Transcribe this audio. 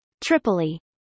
Tripoli